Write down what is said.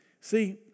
See